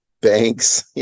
banks